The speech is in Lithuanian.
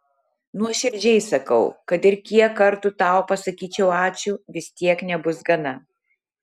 nuoširdžiai sakau kad ir kiek kartų tau pasakyčiau ačiū vis tiek nebus gana